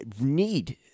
need